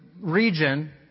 region